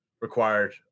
required